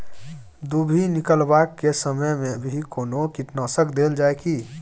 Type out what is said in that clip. दुभी निकलबाक के समय मे भी कोनो कीटनाशक देल जाय की?